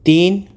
تین